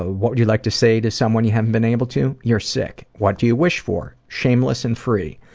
ah what would you like to say to someone you haven't been able to? you're sick. what do you wish for? shameless and free.